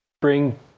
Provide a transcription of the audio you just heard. bring